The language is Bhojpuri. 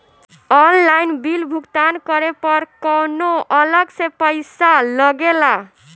ऑनलाइन बिल भुगतान करे पर कौनो अलग से पईसा लगेला?